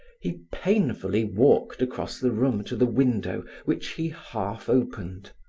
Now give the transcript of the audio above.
he painfully walked across the room to the window which he half opened.